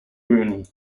boone